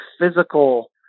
physical